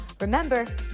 Remember